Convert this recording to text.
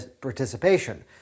participation